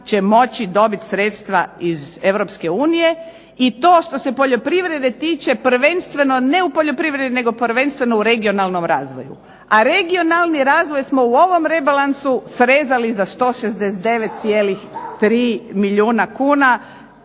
će moći dobiti sredstva iz Europske unije. I to što se poljoprivrede tiče prvenstveno ne u poljoprivredi nego prvenstveno u regionalnom razvoju. A regionalni razvoj smo u ovom rebalansu srezali za 169,3 milijuna kuna,